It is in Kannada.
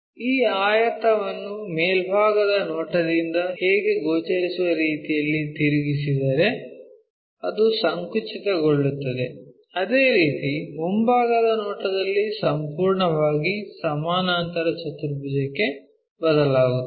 ಈ ಆಯತವನ್ನು ಮೇಲ್ಭಾಗದ ನೋಟದಿಂದ ಹೇಗೆ ಗೋಚರಿಸುವ ರೀತಿಯಲ್ಲಿ ತಿರುಗಿಸಿದರೆ ಅದು ಸಂಕುಚಿತಗೊಳ್ಳುತ್ತದೆ ಅದೇ ರೀತಿ ಮುಂಭಾಗದ ನೋಟದಲ್ಲಿ ಸಂಪೂರ್ಣವಾಗಿ ಸಮಾನಾಂತರ ಚತುರ್ಭುಜಕ್ಕೆ ಬದಲಾಗುತ್ತದೆ